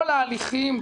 כל ההליכים,